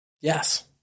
Yes